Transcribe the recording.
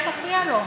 אל תפריע לו.